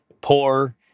poor